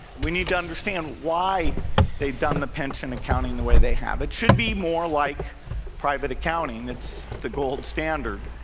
we need to understand why they've done the pension accounting the way they have. it should be more like private accounting. it's the gold standard.